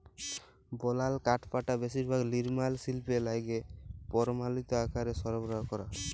বলাল কাঠপাটা বেশিরভাগ লিরমাল শিল্পে লাইগে পরমালিত আকারে সরবরাহ ক্যরা হ্যয়